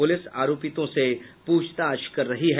police आरोपितों से पूछताछ कर रही है